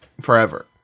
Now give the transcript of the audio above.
forever